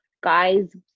guys